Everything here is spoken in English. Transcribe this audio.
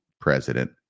president